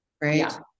Right